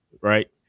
right